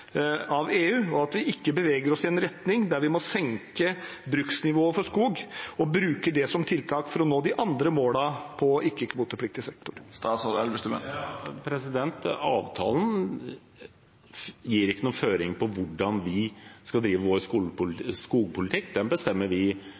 av skog av EU, og at vi ikke beveger oss i en retning der vi må senke bruksnivået for skog og bruke det som tiltak for å nå de andre målene i ikke-kvotepliktig sektor? Avtalen gir ikke noen føringer for hvordan vi skal drive vår